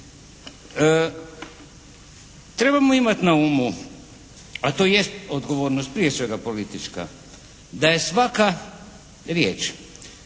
Trebamo imati na umu, a to jest odgovornost prije svega politička da je svaka riječ,